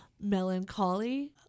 melancholy